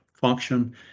function